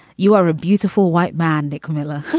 you are a beautiful white man. nicole miller,